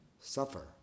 suffer